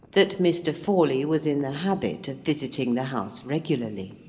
that mr. forley was in the habit of visiting the house regularly.